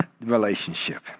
relationship